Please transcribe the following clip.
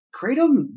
Kratom